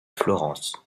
florence